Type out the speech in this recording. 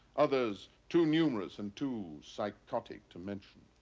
others too numerous and too psychotic to mention.